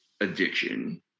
addiction